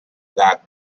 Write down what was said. back